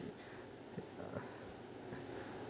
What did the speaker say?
uh